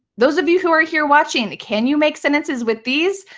those of you who are here watching, can you make sentences with these?